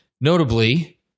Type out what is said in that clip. notably